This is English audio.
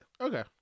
okay